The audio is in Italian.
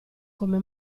come